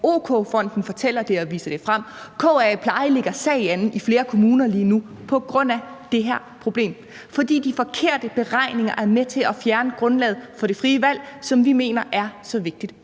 OK-Fonden fortæller det og viser det frem, og KA Pleje lægger sag an i flere kommuner lige nu på grund af det her problem, fordi de forkerte beregninger er med til at fjerne grundlaget for det frie valg, som vi mener er så vigtigt